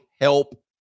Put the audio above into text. help